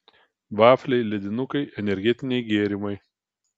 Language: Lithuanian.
vafliai ledinukai energetiniai gėrimai